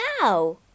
now